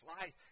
life